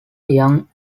yong